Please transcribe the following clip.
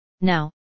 Now